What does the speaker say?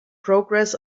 progress